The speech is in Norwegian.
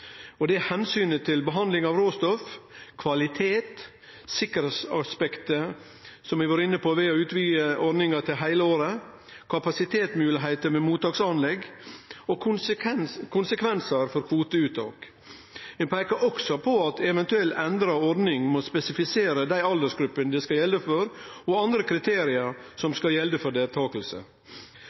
til behandling av råstoff, kvalitet, tryggleiksaspektet – som eg var inne på ved å utvide ordninga til heile året – kapasitetsmoglegheiter ved mottaksanlegg og konsekvensar for kvoteuttak. Ein peikar også på at ei eventuelt endra ordning må spesifisere dei aldersgruppene det skal gjelde for, og andre kriterium som skal gjelde for